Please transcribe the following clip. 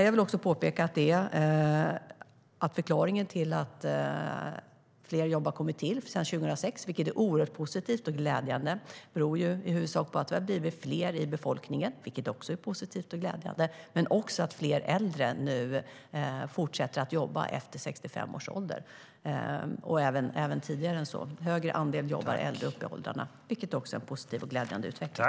Jag vill också påpeka att förklaringen till att fler jobb har kommit till sedan 2006, vilket är oerhört positivt och glädjande, i huvudsak är att befolkningen ökat, vilket också är positivt och glädjande, men även att fler äldre nu fortsätter att jobba efter 65 års ålder. En högre andel jobbar högre upp i åldrarna, vilket också är en positiv och glädjande utveckling.